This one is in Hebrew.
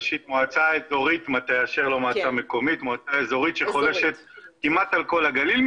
מועצה אזורית מטה אשר חולשת כמעט על כל הגליל,